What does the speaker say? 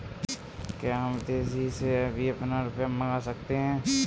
क्या हम विदेश से भी अपना रुपया मंगा सकते हैं?